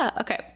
Okay